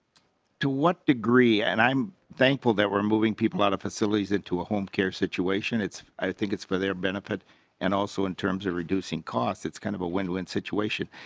to what degree and i'm thankful that we're moving people out of facilities into a home care situation. it's i think it's for their benefit and also in terms of reducing costs it's kind of a win-win situation.